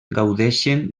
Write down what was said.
gaudeixen